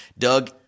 Doug